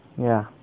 ya